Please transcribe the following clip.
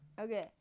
Okay